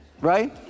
right